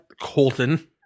Colton